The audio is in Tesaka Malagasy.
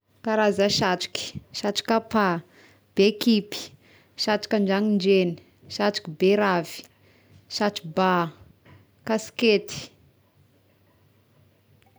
Karaza satroky: satroka pà, bekipy, satroka andragnondregna, satroka beravy, satro bà, kaskety.